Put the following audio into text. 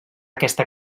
aquesta